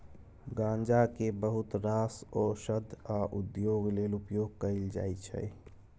गांजा केँ बहुत रास ओषध आ उद्योग लेल उपयोग कएल जाइत छै